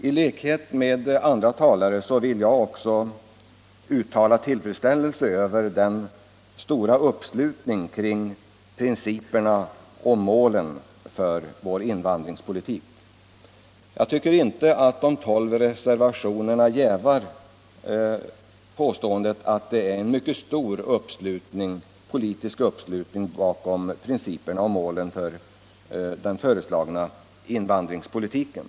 I likhet med andra talare vill jag uttala tillfredsställelse över den stora uppslutningen kring principerna och målen för vår invandringspolitik. Jag tror inte att de tolv reservationerna jävar påståendet att det är en mycket stor politisk uppslutning bakom principerna och målen för den föreslagna invandringspolitiken.